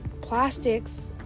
plastics